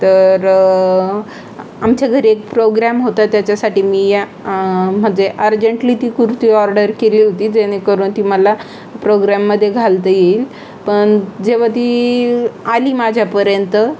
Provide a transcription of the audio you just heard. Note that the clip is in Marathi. तर आमच्या घरी एक प्रोग्रॅम होता त्याच्यासाठी मी या म्हणजे अर्जंटली ती कुर्ती ऑर्डर केली होती जेणेकरून ती मला प्रोग्रॅममध्ये घालता येईल पण जेव्हा ती आली माझ्यापर्यंत